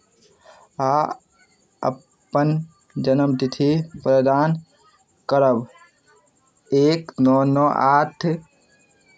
आ अपन जन्मतिथि प्रदान करब एक नओ नओ आठ